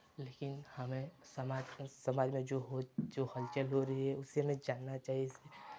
लेकिन हमें समाज पर समाज में जो हो जो हलचल हो रही है उसे न जानना चाहिए